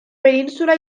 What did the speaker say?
península